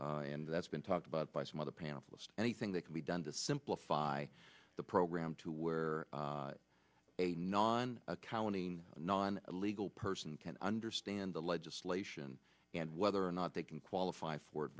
and that's been talked about by some other panelist anything that can be done to simplify the program to where a non accounting non legal person can understand the legislation and whether or not they can qualify for it